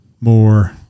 more